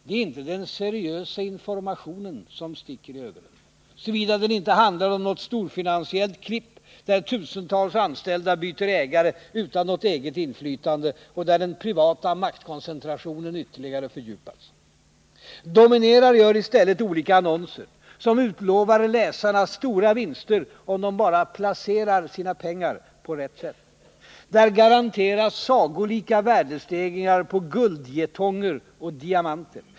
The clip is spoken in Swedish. Det är inte den seriösa informationen som sticker i ögonen, såvida den inte handlar om något storfinansiellt klipp där tusentals anställda byter ägare utan något eget inflytande och där den privata maktkoncentrationen ytterligare fördjupas. Dominerar gör i stället olika annonser, som utlovar läsarna stora vinster om de bara placerar sina pengar på rätt sätt. Där garanteras sagolika värdestegringar på guldjetonger och diamanter.